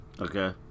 Okay